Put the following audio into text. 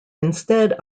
instead